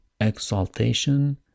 exaltation